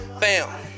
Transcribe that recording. Bam